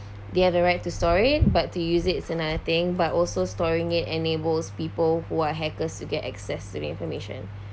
they have the right to store it but to use it is another thing but also storing it enables people who are hackers to get access to the information